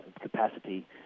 capacity